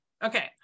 Okay